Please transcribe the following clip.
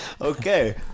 Okay